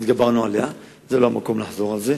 ודיברנו עליה זה לא המקום לחזור על זה.